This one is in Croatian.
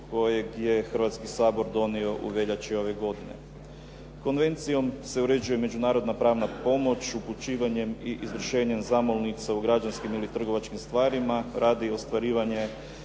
kojeg je Hrvatski sabor donio u veljači ove godine. Konvencijom se uređuje međunarodna pravna pomoć, upućivanjem i izvršenjem zamolnice u građanskim ili trgovačkim stvarima radi ostvarivanja